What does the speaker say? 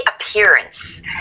appearance